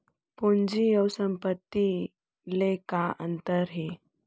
पूंजी अऊ संपत्ति ले का अंतर हे?